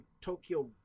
Tokyo